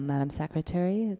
madame secretary,